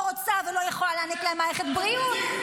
לא רוצה ולא יכולה להעניק להם מערכת בריאות,